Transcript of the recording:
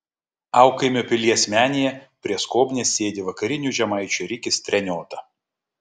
aukaimio pilies menėje prie skobnies sėdi vakarinių žemaičių rikis treniota